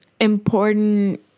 important